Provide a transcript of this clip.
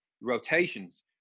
rotations